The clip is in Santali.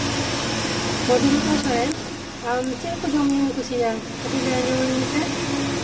ᱢᱚᱫᱷᱩᱢᱤᱛᱟ ᱥᱚᱨᱮᱱ ᱟᱢ ᱪᱮᱫ ᱠᱚ ᱡᱚᱢ ᱧᱩᱢ ᱠᱩᱥᱤᱭᱟᱜᱼᱟ ᱠᱟᱹᱴᱤᱡ ᱞᱟᱹᱭ ᱟᱸᱡᱚᱢᱤᱧ ᱢᱮᱥᱮ